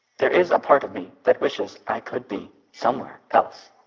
there is a part of me that wishes i could be somewhere else.